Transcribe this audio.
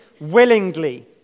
willingly